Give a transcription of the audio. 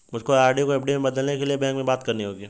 मुझको आर.डी को एफ.डी में बदलने के लिए बैंक में बात करनी होगी